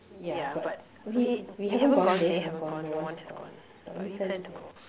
ya but we we haven't gone they haven't gone no one have gone but we plan to go